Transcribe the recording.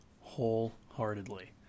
wholeheartedly